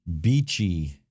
beachy